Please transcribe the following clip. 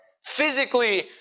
Physically